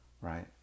Right